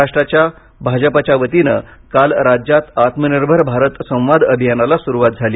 महाराष्ट्र भाजपाच्या वतीनं काल राज्यात आत्मनिर्भर भारत संवाद अभियानाला सुरुवात झाली